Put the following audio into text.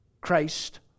Christ